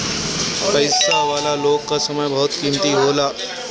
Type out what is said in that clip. पईसा वाला लोग कअ समय बहुते कीमती होला